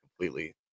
completely